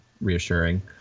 reassuring